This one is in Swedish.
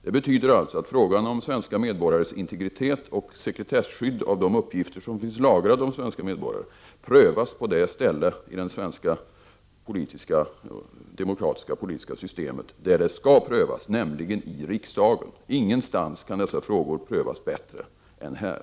Det innebär således att frågan om svenska medborgares integritetsoch sekretesskydd vad gäller de uppgifter som finns lagrade om dessa svenska medborgare prövas på det ställe i det svenska demokratiska systemet där den skall prövas, nämligen i riksdagen. Ingenstans kan dessa frågor prövas bättre än här.